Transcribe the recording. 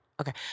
Okay